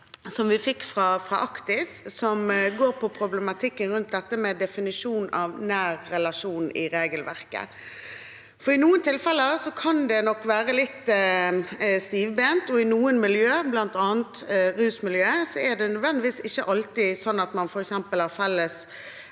som vi fikk fra Actis, som går på problematikken rundt dette med definisjonen av «nær relasjon» i regelverket. I noen tilfeller kan det nok være litt stivbent, og i noen miljø, bl.a. rusmiljøet, er det ikke nødvendigvis alltid sånn at man f.eks. har felles